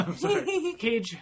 Cage